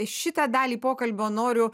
šitą dalį pokalbio noriu